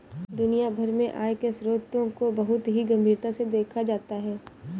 दुनिया भर में आय के स्रोतों को बहुत ही गम्भीरता से देखा जाता है